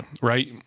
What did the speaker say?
right